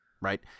Right